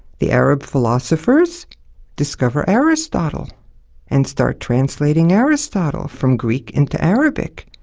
the arab philosophers discover aristotle and start translating aristotle from greek into arabic.